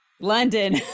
London